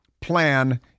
plan